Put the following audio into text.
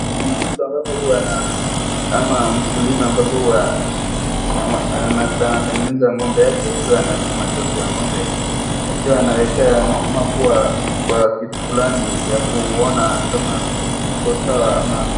Mtu ambapo huwa na ama mkulima ambapo huwa anatengeneza ng'ombe yake ikiwa anapima joto ya ng'ombe akiwa anawekea mapua kwa kitu fulani ya kuona kama iko sawa ama ng'ombe.